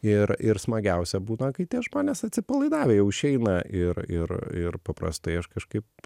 ir ir smagiausia būna kai tie žmonės atsipalaidavę jau išeina ir ir ir paprastai aš kažkaip